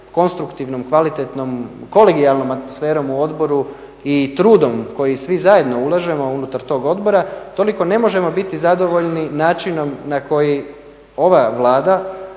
konstruktivnom kvalitetnom, kolegijalnom atmosferom u odboru i trudom koji svi zajedno ulažemo unutar tog odbora, toliko ne možemo biti zadovoljni načinom na koji ova Vlada